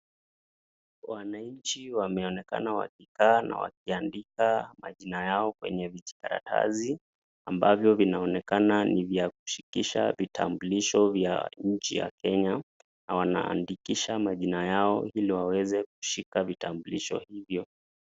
Wananchi wameonekana wakikaa na wakiandika majina yao kwenye vijikaratasi, ambavyo vinaonekana ni vya kushikisha vitambulisho vya nchi ya Kenya na wanaandikisha majina yao ili waweze kushika vitambulisho hivyo.